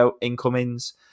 incomings